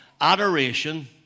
adoration